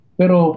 pero